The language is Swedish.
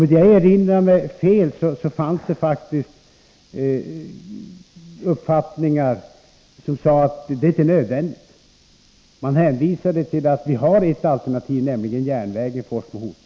Om jag inte minns fel var det de som sade att det inte var nödvändigt. Man hänvisade till att vi har ett alternativ, nämligen järnvägen Hoting-Forsmo.